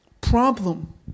problem